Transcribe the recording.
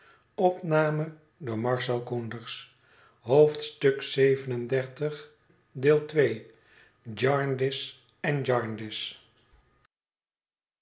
van jarndyce en jarndyce